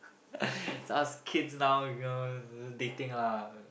us kids now go into dating ah